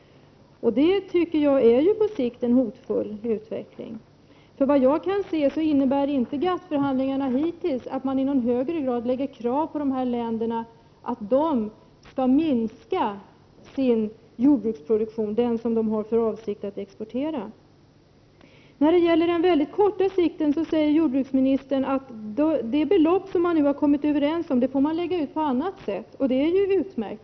Jag anser att det är på sikt en hotfull utveckling. Vad jag har kunnat se har GATT-förhandlingarna hittills inte inneburit att man i någon högre grad har lagt krav på att länderna skall minska på den jordbruksproduktion som de haft för avsikt att exportera. När det gäller det kortsiktiga säger jordbruksministern att det belopp som man har kommit överens om får läggas ut på något annat sätt — och det är utmärkt.